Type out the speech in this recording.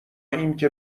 اینکه